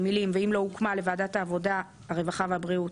במקום "העבודה הרווחה והבריאות"